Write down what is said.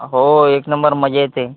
हो एक नंबर मजा येते